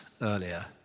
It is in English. earlier